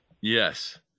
Yes